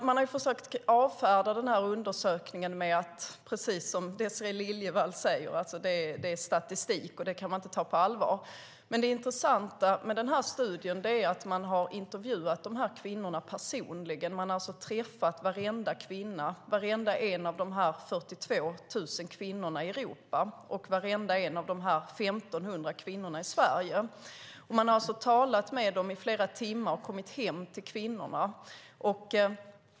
Man har försökt avfärda undersökningen på precis det sätt som Désirée Liljevall säger, nämligen att det är statistik som inte kan tas på allvar. Det intressanta med studien är att man har intervjuat kvinnorna personligen. Man har träffat alla de 42 000 kvinnorna i Europa och alla de 1 500 kvinnorna i Sverige. Man har talat med kvinnorna i flera timmar i deras hem.